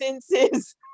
senses